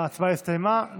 ההצבעה הסתיימה.